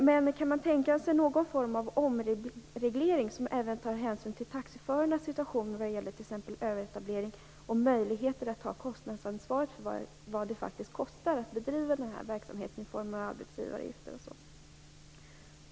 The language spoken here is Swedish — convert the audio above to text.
Men kan man tänka sig någon form av omreglering som är sådan att hänsyn tas även till taxiförarnas situation vad gäller t.ex. överetablering och möjligheter att ta ansvar för vad det faktiskt kostar, i form av arbetsgivaravgifter o.d., att bedriva sådan här verksamhet.